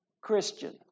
Christian